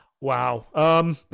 Wow